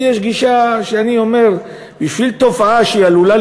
לי יש גישה שאני אומר שבשביל תופעה שעלולה